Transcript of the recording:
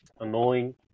annoying